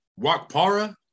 Wakpara